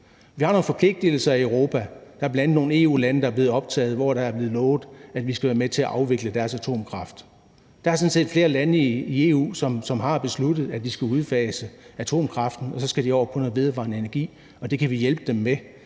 Vi har nogle forpligtigelser i Europa. Der er bl.a. nogle EU-lande, der er blevet optaget, og hvor der er blevet lovet, at vi skal være med til at afvikle deres atomkraft. Der er sådan set flere lande i EU, som har besluttet, at de skal udfase atomkraften og over på noget vedvarende energi, og det kan vi hjælpe dem med,